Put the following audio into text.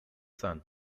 sun